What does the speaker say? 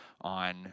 on